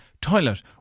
toilet